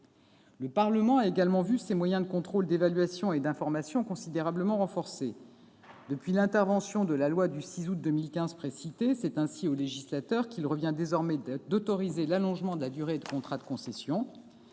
Le Parlement a également vu ses moyens de contrôle, d'évaluation et d'information considérablement renforcés. Depuis l'intervention qu'a représentée la loi du 6 août 2015 précitée, c'est ainsi au législateur qu'il revient d'autoriser l'allongement de la durée des contrats de concession.